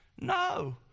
No